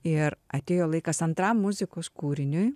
ir atėjo laikas antram muzikos kūriniui